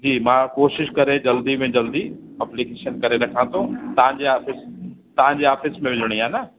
जी मां कोशिशि करे जल्दी में जल्दी अप्लीकेशन करे रखां थो तव्हांजे आफ़िस तव्हांजे आफ़िस में मिलिणी आहे न